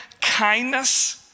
kindness